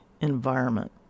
environment